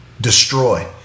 destroy